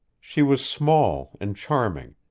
she was small and charming,